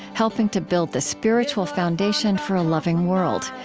helping to build the spiritual foundation for a loving world.